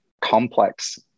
complex